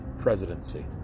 presidency